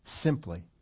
simply